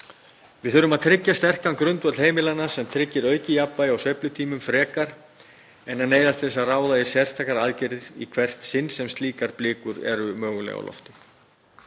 Við þurfum að tryggja sterkan grundvöll heimilanna sem tryggir aukið jafnvægi á sveiflutímum frekar en að neyðast til að ráðast í sérstakar aðgerðir í hvert sinn sem slíkar blikur eru mögulega á lofti.